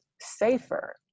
safer